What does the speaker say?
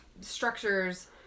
structures